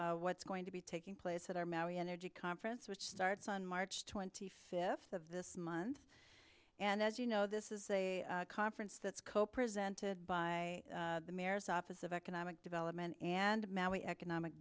much what's going to be taking place at our mary energy conference which starts on march twenty fifth of this month and as you know this is a conference that's co presenting by the mayor's office of economic development and economic